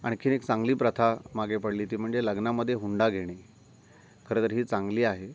आणखीन एक चांगली प्रथा मागे पडली ती म्हणजे लग्नामध्ये हुंडा घेणे खरं तर ही चांगली आहे